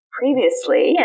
previously